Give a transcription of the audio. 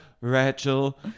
Rachel